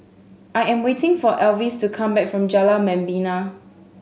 I am waiting for Elvis to come back from Jalan Membina